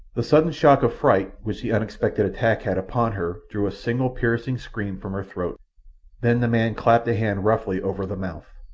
the sudden shock of fright which the unexpected attack had upon her drew a single piercing scream from her throat then the man clapped a hand roughly over the mouth.